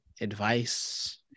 advice